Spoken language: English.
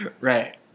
Right